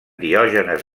diògenes